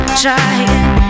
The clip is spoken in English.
trying